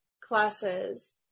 classes